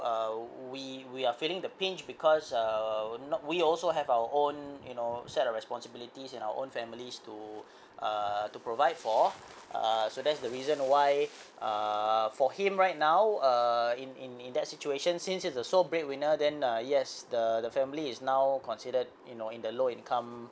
uh we we are feeling the pinch because um not we also have our own you know set of responsibilities and our own families to err to provide for err so that's the reason why uh for him right now err in in in that situation since he's the sole bread winner then uh yes the the family is now considered you know in the low income